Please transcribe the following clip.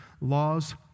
laws